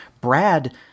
brad